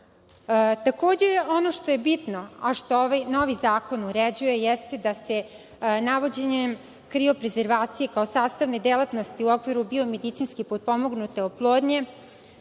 ono što je bitno, a što ovaj novi zakon uređuje jeste da se navođenjem krioprezervacije kao sastavne delatnosti u okviru biomedicinski potpomognute oplodnje,